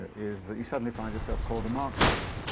is that you suddenly find yourself called a marxist.